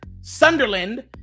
sunderland